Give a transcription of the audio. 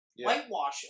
whitewash